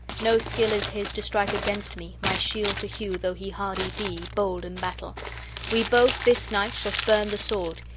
no skill is his to strike against me, my shield to hew though he hardy be, bold in battle we both, this night, shall spurn the sword,